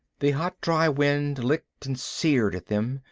the hot dry wind licked and seared at them,